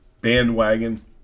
bandwagon